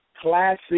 classic